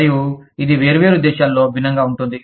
మరియు ఇది వేర్వేరు దేశాలలో భిన్నంగా ఉంటుంది